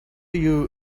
you